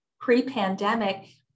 pre-pandemic